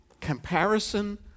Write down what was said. Comparison